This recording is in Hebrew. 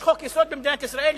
יש חוק-יסוד במדינת ישראל,